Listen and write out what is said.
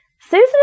Susan